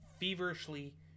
feverishly